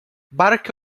barack